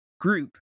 group